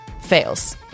fails